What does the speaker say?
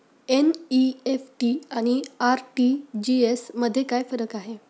NEFT आणि RTGS मध्ये काय फरक आहे?